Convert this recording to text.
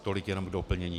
Tolik jenom k doplnění.